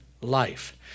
life